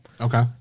okay